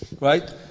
right